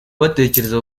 batekereza